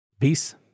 Peace